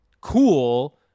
cool